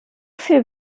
viel